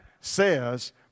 says